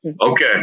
Okay